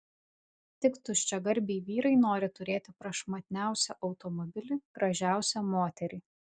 tik tuščiagarbiai vyrai nori turėti prašmatniausią automobilį gražiausią moterį